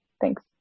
thanks